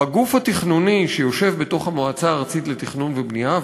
בגוף התכנוני שיושב במועצה הארצית לתכנון ובנייה,